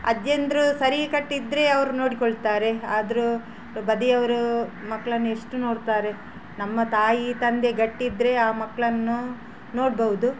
ಅಜ್ಜಿಯಂದಿರು ಸರಿ ಕಟ್ಟು ಇದ್ದರೆ ಅವ್ರು ನೋಡಿಕೊಳ್ತಾರೆ ಆದರೂ ಬದಿಯವರು ಮಕ್ಕಳನ್ನು ಎಷ್ಟು ನೋಡ್ತಾರೆ ನಮ್ಮ ತಾಯಿ ತಂದೆ ಗಟ್ಟಿ ಇದ್ದರೆ ಆ ಮಕ್ಕಳನ್ನು ನೋಡ್ಬೌದು